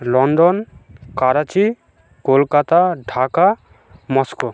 London Karachi Kolkata Dhaka Moscow